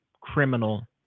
criminal